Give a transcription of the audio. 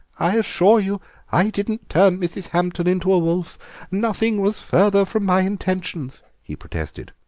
i assure you i didn't turn mrs. hampton into a wolf nothing was farther from my intentions, he protested.